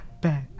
bad